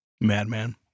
Madman